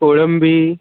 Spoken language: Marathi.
कोळंबी